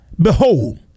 Behold